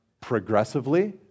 progressively